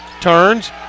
Turns